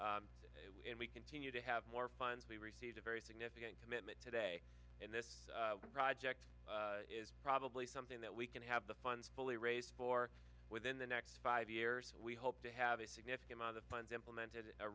and we continue to have more funds we received a very significant commitment today and this project is probably something that we can have the funds fully raised for within the next five years we hope to have a significant other funds implemented